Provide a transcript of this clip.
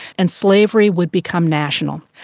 and slavery would become national.